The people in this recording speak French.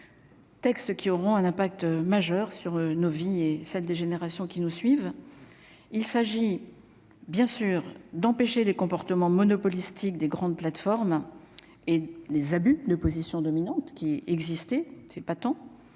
Texte qui auront un impact majeur sur nos vies et celles des générations qui nous suivent, il s'agit bien sûr d'empêcher les comportements monopolistiques des grandes plateformes et les abus de position dominante qui existait, c'est pas tant,